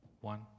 One